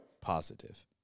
Positive